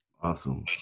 Awesome